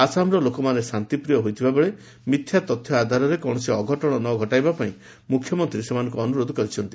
ଆସାମର ଲୋକମାନେ ଶାନ୍ତିପ୍ରିୟ ହୋଇଥିବା ବେଳେ ମିଥ୍ୟା ତଥ୍ୟ ଆଧାରରେ କୌଣସି ଅଘଟଣ ନ ଘଟାଇବା ପାଇଁ ମୁଖ୍ୟମନ୍ତ୍ରୀ ଅନୁରୋଧ କରିଛନ୍ତି